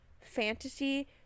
fantasy